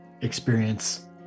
experience